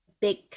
big